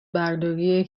برداری